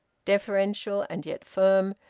deferential and yet firm,